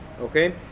okay